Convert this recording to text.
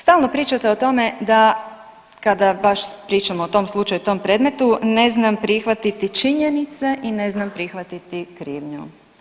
Stalno pričate o tome da kada baš pričamo o tom slučaju i tom predmetu ne znam prihvatiti činjenice i ne znam prihvatiti krivnju.